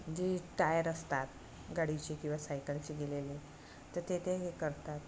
जे टायर असतात गाडीचे किंवा सायकलचे गेलेले तर ते ते हे करतात